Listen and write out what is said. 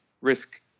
risk